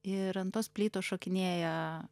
ir ant tos plytos šokinėja